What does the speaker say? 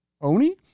Oni